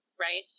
right